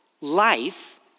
life